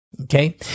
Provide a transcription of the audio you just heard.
okay